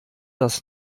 das